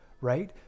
right